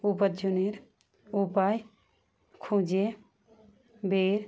উপার্জনের উপায় খুঁজে বের